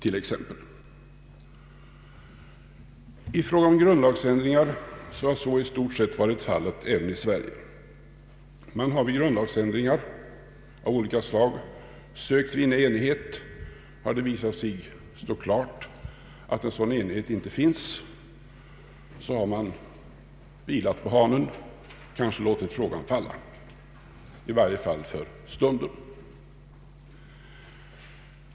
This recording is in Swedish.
I fråga om grundlagsändringar har så i stort sett varit fallet även i Sverige. Man har vid grundlagsändringar av olika slag sökt vinna enighet. Har det visat sig stå klart att en sådan enighet inte finns, har man vilat på hanen — kanske låtit frågan falla, i varje fall för stunden.